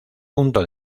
punto